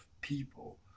people